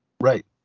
right